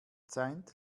zeit